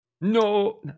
No